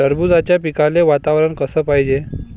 टरबूजाच्या पिकाले वातावरन कस पायजे?